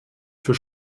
für